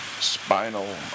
spinal